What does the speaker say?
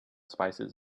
spices